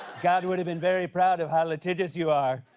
god would have been very proud of how litigious you are.